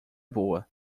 boa